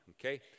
okay